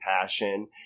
passion